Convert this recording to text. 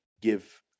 give